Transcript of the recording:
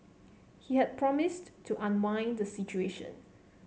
he had promised to unwind the situation